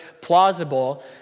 plausible